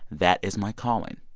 that is my calling.